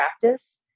practice